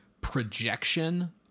projection